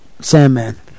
Sandman